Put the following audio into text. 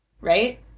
Right